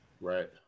Right